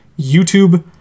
YouTube